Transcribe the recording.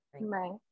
right